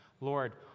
lord